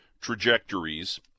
trajectories